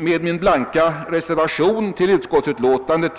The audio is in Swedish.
Med min blanka reservation till utskottsutlåtandet har